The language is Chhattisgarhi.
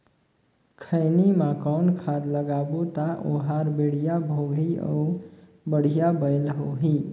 खैनी मा कौन खाद लगाबो ता ओहार बेडिया भोगही अउ बढ़िया बैल होही?